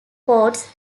coates